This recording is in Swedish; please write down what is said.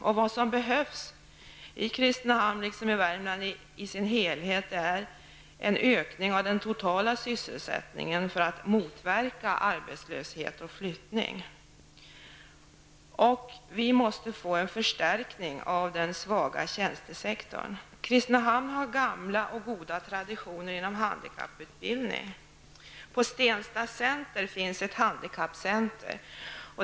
Vad som behövs i Värmland är en ökning av den totala sysselsättningen för att motverka arbetslöshet och utflyttning. Dessutom måste den svaga tjänstesektorn förstärkas. Kristinehamn har gamla och goda traditioner inom handikapputbildning. På Stensta Center finns ett handikappcenter.